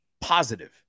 positive